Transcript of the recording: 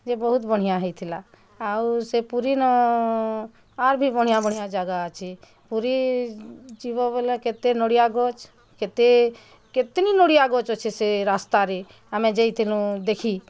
ଯେ ବହୁତ୍ ବଁଢ଼ିଆ ହେଇଥିଲା ଆଉ ସେ ପୁରୀନ ଆର୍ ବି ବଁଢ଼ିଆ ବଁଢ଼ିଆ ଜାଗା ଅଛେ ପୁରୀ ଯିବ ବୋଲେ କେତେ ନଡ଼ିଆ ଗଛ କେତେ କେତନି ନଡ଼ିଆ ଗଛ ଅଛେ ସେ ରାସ୍ତାରେ ଆମେ ଯାଁଇଥିଲୁ ଦେଖି